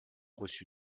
reçu